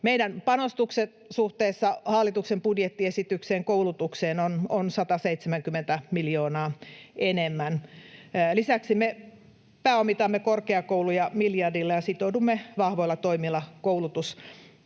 koulutukseen suhteessa hallituksen budjettiesitykseen ovat 170 miljoonaa enemmän. Lisäksi me pääomitamme korkeakouluja miljardilla ja sitoudumme vahvoilla toimilla koulutustason